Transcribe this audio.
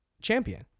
champion